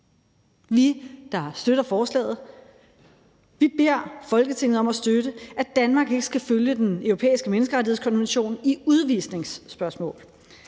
Vi, der støtter forslaget, beder Folketinget om at støtte, at Danmark ikke skal følge Den Europæiske Menneskerettighedskonvention i udvisningsspørgsmål.